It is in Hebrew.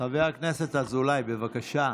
חבר הכנסת אזולאי, בבקשה.